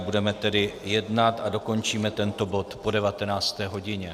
Budeme tedy jednat a dokončíme tento bod po 19. hodině.